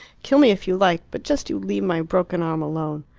kill me if you like! but just you leave my broken arm alone.